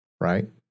right